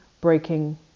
breaking